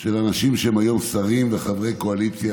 של אנשים, שהיום הם שרים וחברי קואליציה,